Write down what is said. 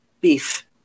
beef